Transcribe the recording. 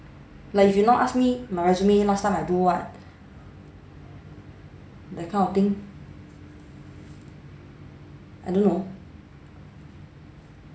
like if you now ask me my resume last time I do what that kind of thing I don't know